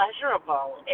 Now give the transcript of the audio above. pleasurable